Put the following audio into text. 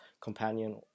companion